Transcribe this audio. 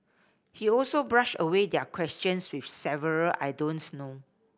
he also brushed away their questions with several I don't know